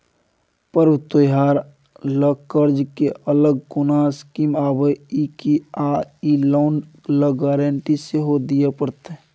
पर्व त्योहार ल कर्ज के अलग कोनो स्कीम आबै इ की आ इ लोन ल गारंटी सेहो दिए परतै?